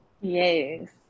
Yes